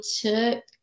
took